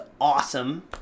awesome